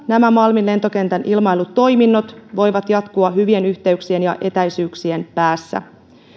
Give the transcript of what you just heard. nämä malmin lentokentän ilmailutoiminnot voivat jatkua hyvien yhteyksien ja etäisyyksien päässä